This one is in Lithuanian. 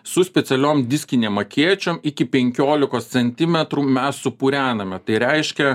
su specialiom diskinėm akėčiom iki penkiolikos centimetrų mes supurename tai reiškia